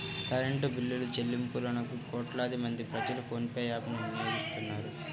current బిల్లులుచెల్లింపులకు కోట్లాది మంది ప్రజలు ఫోన్ పే యాప్ ను వినియోగిస్తున్నారు